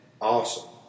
awesome